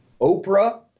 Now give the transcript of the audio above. oprah